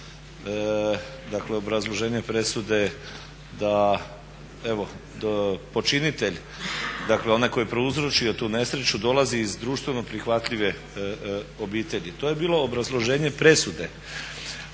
imali obrazloženje presude, da evo počinitelj, dakle onaj koji je prouzročio tu nesreću dolazi iz društveno prihvatljive obitelji. To je bilo obrazloženje presude.